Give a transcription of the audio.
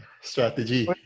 Strategy